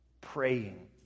praying